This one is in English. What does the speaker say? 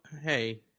hey